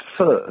first